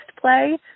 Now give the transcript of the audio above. play